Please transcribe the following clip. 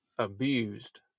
abused